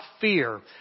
fear